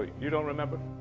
you don't remember?